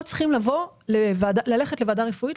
לא צריכים ללכת לוועדה רפואית,